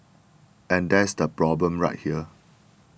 and that's the problem right there